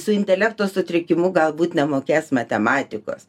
su intelekto sutrikimu galbūt nemokės matematikos